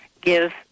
give